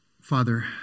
Father